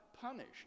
punished